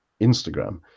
instagram